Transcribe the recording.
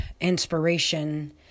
inspiration